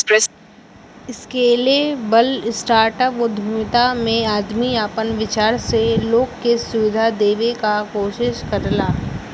scalable startup उद्यमिता में आदमी आपन विचार से लोग के सुविधा देवे क कोशिश करला